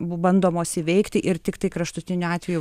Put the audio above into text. bandomos įveikti ir tiktai kraštutiniu atveju